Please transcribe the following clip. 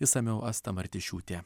išsamiau asta martišiūtė